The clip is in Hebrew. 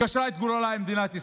קשרה את גורלה עם מדינת ישראל.